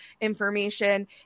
information